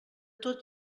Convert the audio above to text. tot